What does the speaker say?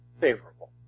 favorable